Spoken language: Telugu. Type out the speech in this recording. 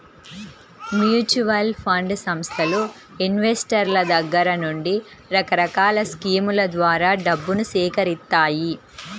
మ్యూచువల్ ఫండ్ సంస్థలు ఇన్వెస్టర్ల దగ్గర నుండి రకరకాల స్కీముల ద్వారా డబ్బును సేకరిత్తాయి